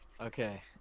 Okay